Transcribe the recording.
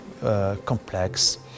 complex